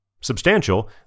substantial